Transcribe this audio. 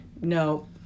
No